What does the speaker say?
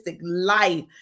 life